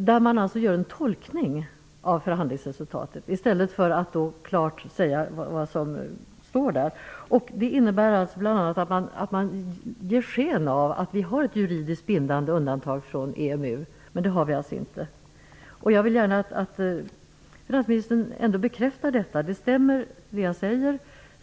där man gör en tolkning av förhandlingsresultatet. Det famgår alltså inte klart vad som står i avtalet. Det innebär bl.a. att man ger sken av att vi har ett juridiskt bindande undantag från EMU, vilket vi alltså inte har. Jag vill gärna att finansministern bekräftar detta. Det jag säger stämmer.